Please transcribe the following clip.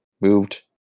moved